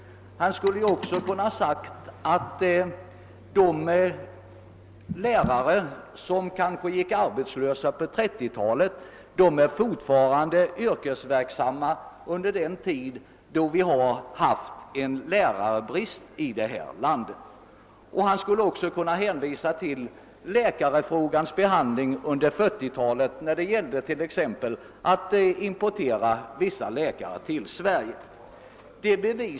Han skulle ha kunnat tillägga att de lärare som kanske gick arbetslösa under 1930-talet har fortsatt att vara yrkesverksamma under den tid då vi haft lärarbrist. Han skulle också ha kunnat hänvisa till behandlingen under 1940-talet av frågor t.ex. om import av vissa läkare till Sverige.